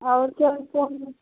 और क्या बिकता है